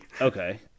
Okay